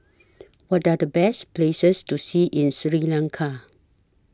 What Are The Best Places to See in Sri Lanka